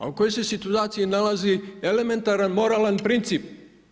A u kojoj se situaciji nalazi elementaran, moralan princip?